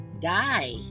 die